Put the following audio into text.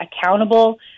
accountable